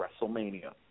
WrestleMania